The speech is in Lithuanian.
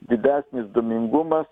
didesnis dūmingumas